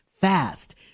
fast